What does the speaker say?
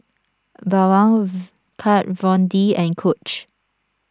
Bawang Kat Von D and Coach